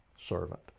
servant